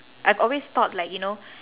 I've always thought like you know